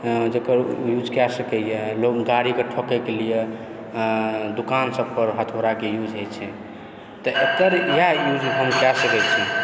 जकर युज कए सकैए लोक गाड़ीकें ठोकैके लिए दुकान सब पर हथौड़ाके यूज होइत छै तऽ एकर इएह यूज हम कए सकैत छी